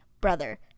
Brother